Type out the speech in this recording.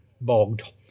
bogged